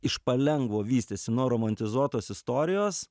iš palengvo vystėsi nuo romantizuotos istorijos